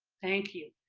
thank you.